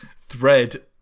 thread